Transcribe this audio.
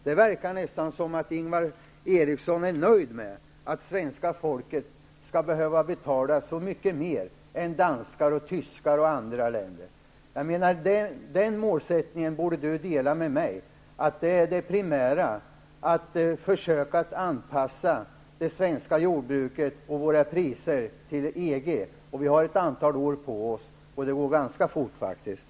Det verkar nästan som om Ingvar Eriksson är nöjd med att svenska folket skall behöva betala så mycket mer än danskar, tyskar och andra. Ingvar Eriksson borde dela min målsättning att det primära är att försöka anpassa det svenska jordbruket och våra priser till EG. Vi har ett antal år på oss. Det går faktiskt ganska fort.